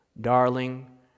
darling